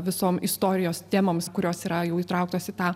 visom istorijos temoms kurios yra jau įtrauktos į tą